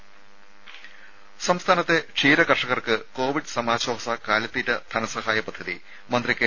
രുദ സംസ്ഥാനത്തെ ക്ഷീര കർഷകർക്ക് കോവിഡ് സമാശ്വാസ കാലിത്തീറ്റ ധനസഹായ പദ്ധതി മന്ത്രി കെ